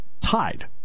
tied